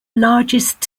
largest